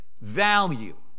value